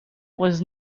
was